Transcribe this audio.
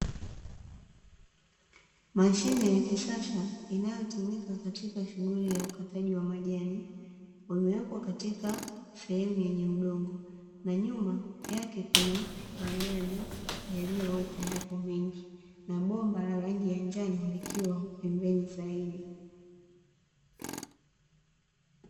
Mashine ya kisasa inayotumika katika shughuli ya ukataji wa majani wamewekwa katika sehemu yenye udongo, na nyuma yake kuna majani yaliyotayapo mengi na bomba la rangi ya njano likiwa pembeni zaidi.